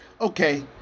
Okay